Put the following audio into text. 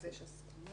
זה אמנם לא זכותו,